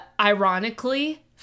Ironically